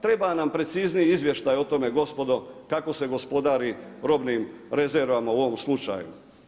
Treba nam precizniji izvještaj o tome gospodo kako se gospodari robnim rezervama u ovom slučaju.